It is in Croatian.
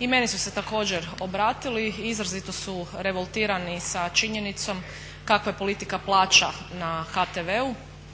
I meni su se također obratili, i izrazito su revoltirani sa činjenicom kakva je politika plaća na HTV-u